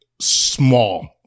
small